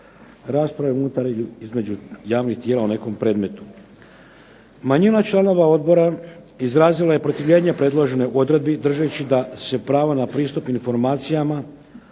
rasprave unutar između javnih tijela o nekom predmetu. Manjina članova odbora izrazila je protivljenje predloženoj odredbi držeći da se pravo na pristup informacijama